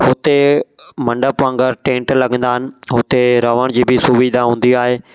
हुते मंडप वागुंर टेंट लॻंदा आहिनि हुते रहण जी बि सुविधा हूंदी आहे